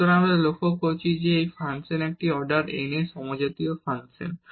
সুতরাং আমরা লক্ষ্য করি যে এটি একটি ফাংশন এটি অর্ডার n এর একটি সমজাতীয় ফাংশন